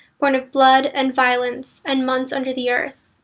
born of blood, and violence, and months under the earth,